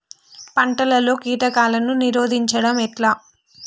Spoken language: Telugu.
పంటలలో కీటకాలను నిరోధించడం ఎట్లా?